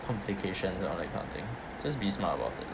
complications or like nothing just be smart about it